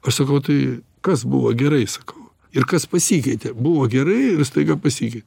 aš sakau tai kas buvo gerai sakau ir kas pasikeitė buvo gerai ir staiga pasikeitė